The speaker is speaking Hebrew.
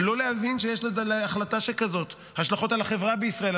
הלא להבין שיש להחלטה שכזאת השלכות על החברה בישראל,